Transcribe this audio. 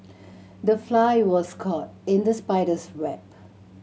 the fly was caught in the spider's web